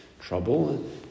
trouble